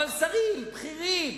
אבל שרים בכירים